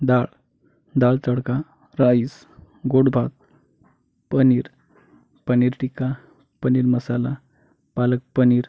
दाळ दाळ तडका राईस गोड भात पनीर पनीर टिक्का पनीर मसाला पालक पनीर